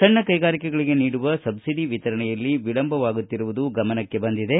ಸಣ್ಣ ಕೈಗಾರಿಕೆಗಳಿಗೆ ನೀಡುವ ಸಬ್ಲಡಿ ವಿತರಣೆಯಲ್ಲಿ ವಿಳಂಬವಾಗುತ್ತಿರುವುದು ಗಮನಕ್ಕೆ ಬಂದಿದೆ